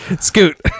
scoot